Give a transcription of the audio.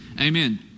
Amen